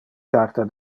carta